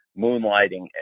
moonlighting